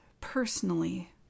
personally